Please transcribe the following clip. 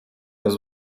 jest